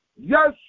yes